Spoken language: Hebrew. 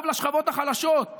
טוב לשכבות החלשות,